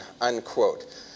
unquote